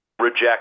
reject